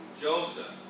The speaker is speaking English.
Joseph